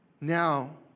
now